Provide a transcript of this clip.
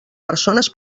persones